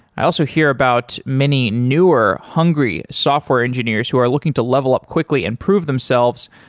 i also hear about many newer hungry software engineers who are looking to level up quickly and prove themselves,